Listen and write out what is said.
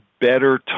Better